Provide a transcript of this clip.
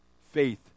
faith